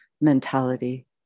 mentality